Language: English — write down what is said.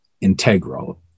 integral